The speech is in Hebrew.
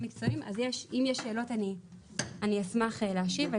מקצועיים אז אם יש שאלות אני אשמח להשיב.